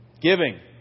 Giving